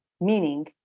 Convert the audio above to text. meaning